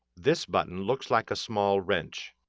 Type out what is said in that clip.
this button looks like a small wrench.